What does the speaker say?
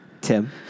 Tim